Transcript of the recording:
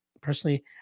Personally